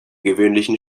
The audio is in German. gewöhnlichen